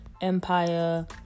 Empire